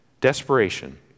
Desperation